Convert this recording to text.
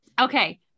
okay